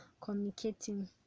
communicating